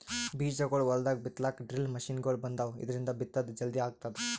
ಬೀಜಾಗೋಳ್ ಹೊಲ್ದಾಗ್ ಬಿತ್ತಲಾಕ್ ಡ್ರಿಲ್ ಮಷಿನ್ಗೊಳ್ ಬಂದಾವ್, ಇದ್ರಿಂದ್ ಬಿತ್ತದ್ ಜಲ್ದಿ ಆಗ್ತದ